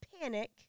panic